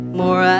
more